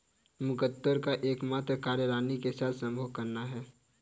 मुकत्कोर का एकमात्र कार्य रानी के साथ संभोग करना है